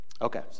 Okay